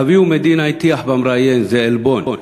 אביהו מדינה הטיח במראיין: זה עלבון.